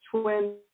Twin